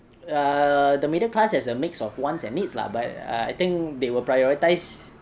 uh the middle class has a mix of wants and needs lah but I think they will prioritise